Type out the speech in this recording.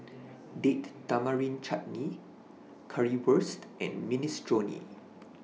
Date Tamarind Chutney Currywurst and Minestrone